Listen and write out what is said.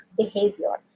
behavior